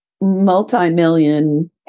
multi-million